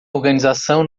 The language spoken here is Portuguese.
organização